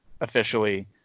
officially